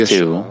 Two